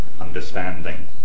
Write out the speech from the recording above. understanding